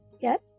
yes